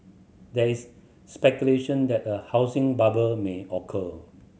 there is speculation that a housing bubble may occur